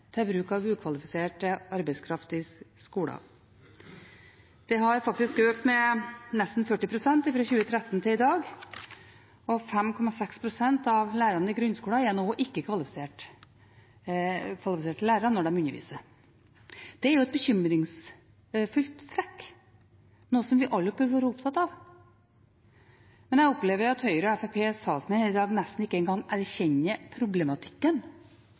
til bruk av ukvalifisert arbeidskraft i skolen. Det har faktisk økt med nesten 40 pst. fra 2013 til i dag, og 5,6 pst. av lærerne i grunnskolen er nå ikke-kvalifiserte lærere. Det er et bekymringsfullt trekk, og noe vi alle bør være opptatt av. Men jeg opplever at Høyres og Fremskrittspartiets talsmenn her i dag nesten ikke erkjenner problematikken.